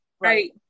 right